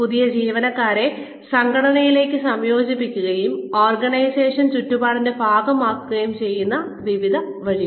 പുതിയ ജീവനക്കാരെ സംഘടനയിലേക്ക് സംയോജിപ്പിക്കുകയും ഓർഗനൈസേഷണൽ ചുറ്റുപാടിന്റെ ഭാഗമാക്കുകയും ചെയ്യുന്ന വിവിധ വഴികൾ